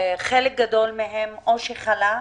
חלק גדול מהם או שחלה,